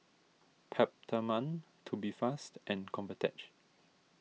Peptamen Tubifast and Convatec